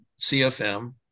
cfm